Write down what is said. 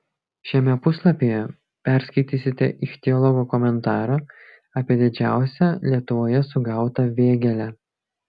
šiame puslapyje perskaitysite ichtiologo komentarą apie didžiausią lietuvoje sugautą vėgėlę